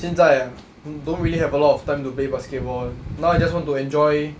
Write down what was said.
现在 ah don't really have a lot of time to play basketball now I just want to enjoy